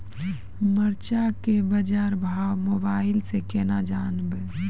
मरचा के बाजार भाव मोबाइल से कैनाज जान ब?